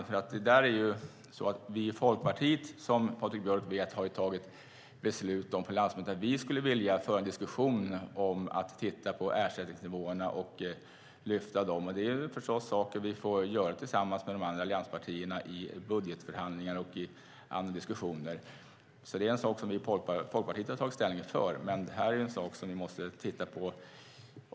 Som Patrik Björck vet har vi i Folkpartiet tagit beslut på landsmötet om att vi skulle vilja föra en diskussion om att titta på ersättningsnivåerna och lyfta dem. Det är saker vi får göra tillsammans med de andra allianspartierna i budgetförhandlingar och i andra diskussioner. Det är en sak vi i Folkpartiet har tagit ställning för, men det är en sak som vi måste titta på.